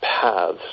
paths